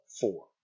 four